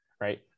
right